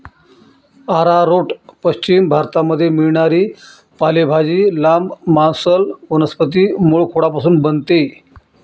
arrowroot पश्चिम भारतामध्ये मिळणारी पालेभाजी, लांब, मांसल वनस्पती मूळखोडापासून बनते